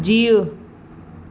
जीउ